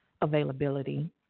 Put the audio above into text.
availability